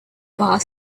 bar